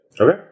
Okay